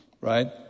Right